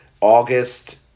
August